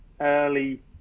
early